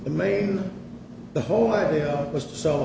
the main the whole idea was so